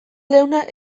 leuna